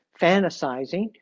fantasizing